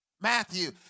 Matthew